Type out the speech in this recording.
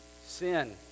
sin